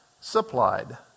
supplied